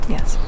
Yes